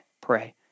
pray